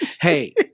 hey